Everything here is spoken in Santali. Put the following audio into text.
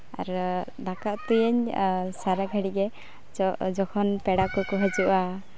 ᱟᱨ ᱫᱟᱠᱟ ᱩᱛᱩᱭᱟᱹᱧ ᱟᱨ ᱥᱟᱨᱟᱜᱷᱟᱹᱲᱤᱡ ᱜᱮ ᱡᱚᱠᱷᱚᱱ ᱯᱮᱲᱟ ᱠᱚᱠᱚ ᱦᱤᱡᱩᱜᱼᱟ